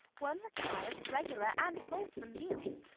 one requires regular and wholesome meals.